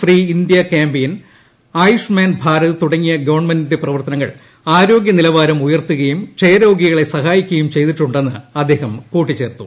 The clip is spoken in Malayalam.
free India campaign Ayushman Bharat തുടങ്ങിയ ഗവൺമെന്റ്റുന്റെ പ്രവർത്തനങ്ങൾ ആരോഗൃ നിലവാരം ഉയർത്തുകയും ക്ഷെയ്രോഗികളെ സഹായിക്കുകയും ചെയ്തിട്ടുങ്ങള്ടെന്ന് അദ്ദേഹം കൂട്ടിച്ചേർത്തു